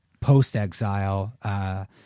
post-exile—